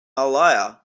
aaliyah